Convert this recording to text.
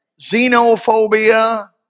Xenophobia